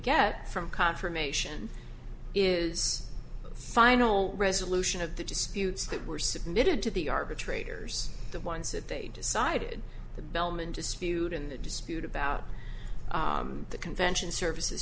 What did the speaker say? get from confirmation is a final resolution of the disputes that were submitted to the arbitrators the ones that they decided the bellman dispute and the dispute about the convention services